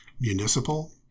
municipal